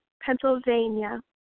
Pennsylvania